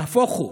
נהפוך הוא,